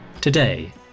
Today